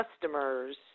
customers